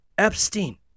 Epstein